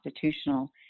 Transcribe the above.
constitutional